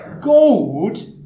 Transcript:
Gold